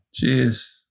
Jeez